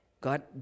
God